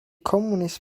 communist